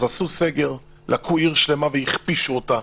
אז עשו סגר, לקחו עיר שלמה והכפישו אותה.